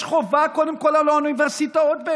יש חובה על אוניברסיטאות,